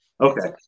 Okay